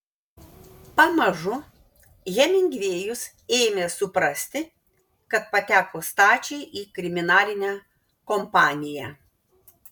pamažu hemingvėjus ėmė suprasti kad pateko stačiai į kriminalinę kompaniją